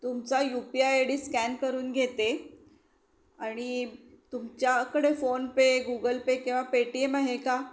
तुमचा U P I I D scan करून घेते आणि तुमच्याकडे फोनपे गुगल पे किंवा पेटीएम आहे का